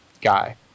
guy